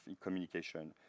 communication